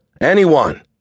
anyone